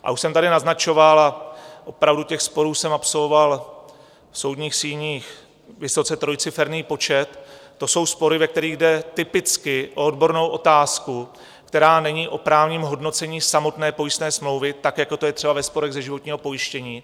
A už jsem tady naznačoval a opravdu těch sporů jsem absolvoval v soudních síních vysoce trojciferný počet to jsou spory, ve kterých jde typicky o odbornou otázku, která není o právním hodnocení samotné pojistné smlouvy, tak jako je to třeba ve sporech ze životního pojištění.